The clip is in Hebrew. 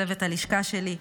צוות הלשכה שלי,